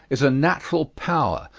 is a natural power,